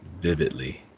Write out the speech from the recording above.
vividly